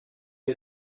who